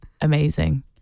amazing